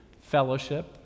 fellowship